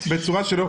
תדבר.